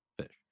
fish